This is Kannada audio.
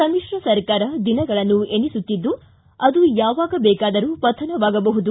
ಸಮಿತ್ರ ಸರ್ಕಾರ ದಿನಗಳನ್ನು ಏಣಿಸುತ್ತಿದ್ದು ಅದು ಯಾವಾಗ ಬೇಕಾದರೂ ಪಥನವಾಗಬಹುದು